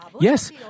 Yes